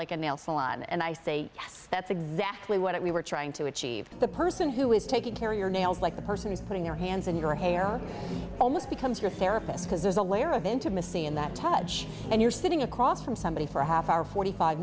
like a nail salon and i say yes that's exactly what we were trying to you achieve the person who is taking care of your nails like the person who's putting their hands in your hair almost becomes your therapist because there's a layer of intimacy in that touch and you're sitting across from somebody for a half hour forty five